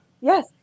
Yes